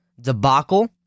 Debacle